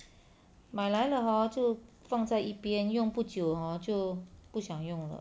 买来了 hor 就放在一边用不久 hor 就不想用了